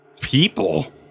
people